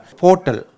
portal